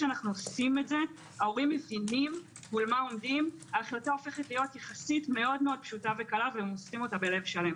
אז ההחלטה הופכת יחסית קלה וההורים עושים אותה בלב שלם.